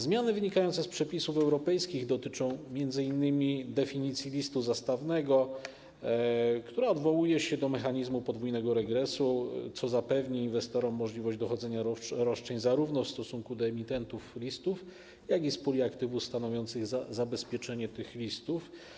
Zmiany wynikające z przepisów europejskich dotyczą m.in. definicji listu zastawnego, która odwołuje się do mechanizmu podwójnego regresu, co zapewni inwestorom możliwość dochodzenia roszczeń zarówno w stosunku do emitentów listów, jak i z puli aktywów stanowiących zabezpieczenie tych listów.